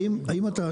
האם אתה,